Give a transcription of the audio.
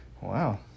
wow